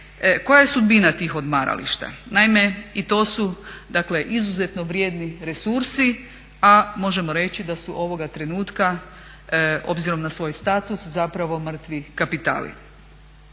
koja je sudbina tih odmarališta. Naime, i to su dakle izuzetno vrijedni resursi, a možemo reći da su ovoga trenutka obzirom na svoj status zapravo mrtvi kapitali.